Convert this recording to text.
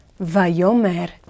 Vayomer